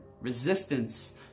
resistance